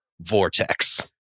vortex